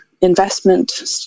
investment